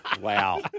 Wow